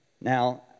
Now